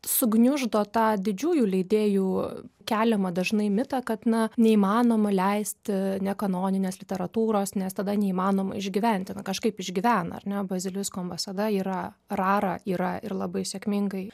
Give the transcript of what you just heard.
sugniuždo tą didžiųjų leidėjų keliamą dažnai mitą kad na neįmanoma leisti ne kanoninės literatūros nes tada neįmanoma išgyventi na kažkaip išgyvena ar ne bazilisko ambasada yra rara yra ir labai sėkmingai